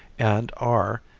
and are,